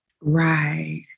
Right